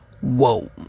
Whoa